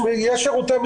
מי נגד?